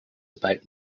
about